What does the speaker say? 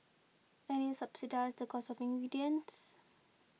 and subsidise the cost of ingredients